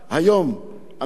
וזה הודות לכבאים.